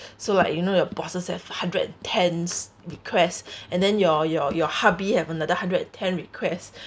so like you know your bosses have hundred and tens requests and then your your your hubby have another hundred and ten requests